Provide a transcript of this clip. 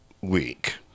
week